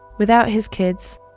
without his kids,